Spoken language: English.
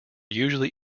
usually